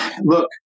look